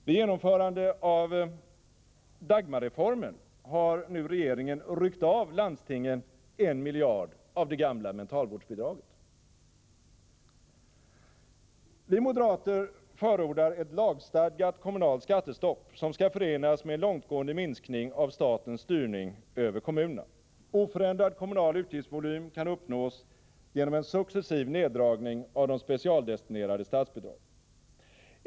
Vid genomförandet av Dagmarreformen har nu regeringen ryckt av landstingen en miljard av det gamla mentalvårdsbidraget. Vi moderater förordar ett lagstadgat kommunalt skattestopp som skall förenas med en långtgående minskning av statens styrning över kommunerna. Oförändrad kommunal utgiftsvolym kan uppnås genom en successiv neddragning av de specialdestinerade statsbidragen.